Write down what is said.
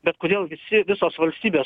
bet kodėl visi visos valstybės